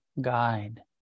guide